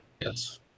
yes